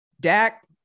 Dak